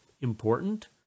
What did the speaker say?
important